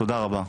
תודה רבה.